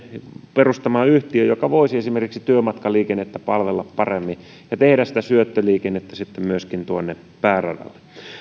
perustamaan yhtiön joka voisi esimerkiksi työmatkaliikennettä palvella paremmin ja tehdä sitä syöttöliikennettä sitten myöskin tuonne pääradalle